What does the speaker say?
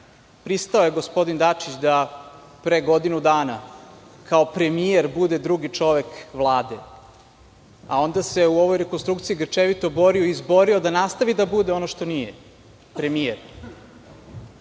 Pristao je gospodin Dačić da pre godinu dana kao premijer bude drugi čovek Vlade, a onda se u ovoj rekonstrukciji grčevito borio i izborio da nastavi da bude ono što nije,